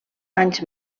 anys